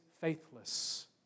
faithless